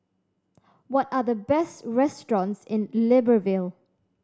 what are the best restaurants in Libreville